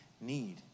need